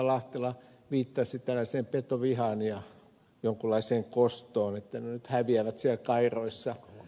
lahtela viittasi tällaiseen petovihaan ja jonkinlaiseen kostoon että ne häviävät siellä kairoissa